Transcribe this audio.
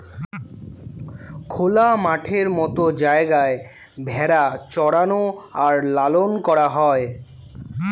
খোলা মাঠের মত জায়গায় ভেড়া চরানো আর লালন করা হয়